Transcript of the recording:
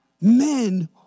men